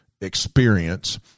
experience